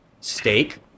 Steak